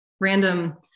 random